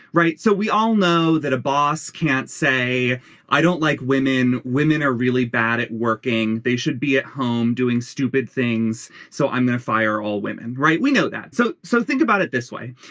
right. so we all know that a boss can't say i don't like women. women are really bad at working. they should be at home doing stupid things. so i'm going to fire all women right we know that. so. so think about it this way.